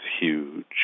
huge